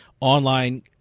online